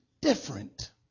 different